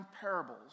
parables